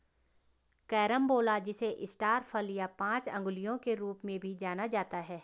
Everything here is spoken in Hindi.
कैरम्बोला जिसे स्टार फल या पांच अंगुलियों के रूप में भी जाना जाता है